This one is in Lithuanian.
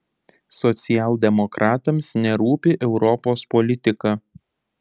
socialdemokratams nerūpi europos politika